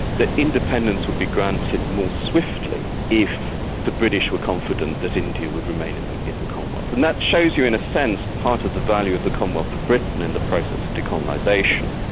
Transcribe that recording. that independence would be granted more swiftly if the british were confident that india would remain in the in the commonwealth. and that shows you, in a sense, part of the value of the commonwealth for britain in the process of decolonisation.